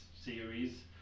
series